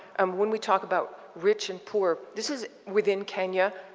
um when we talk about rich and poor, this is within kenya,